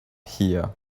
here